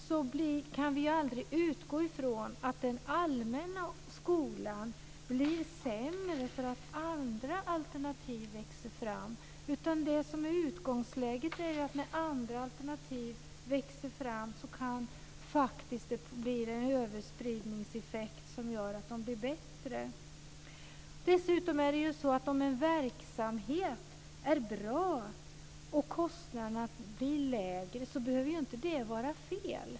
Vi kan aldrig utgå från att den allmänna skolan blir sämre därför att andra alternativ växer fram. Utgångsläget är ju att när andra alternativ växer fram kan det bli en överspridningseffekt som gör att den blir bättre. Dessutom är det ju så att om en verksamhet är bra och om kostnaderna blir lägre så behöver inte det vara fel.